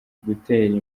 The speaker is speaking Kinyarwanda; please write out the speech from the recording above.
gutera